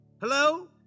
Hello